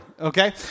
okay